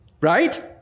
right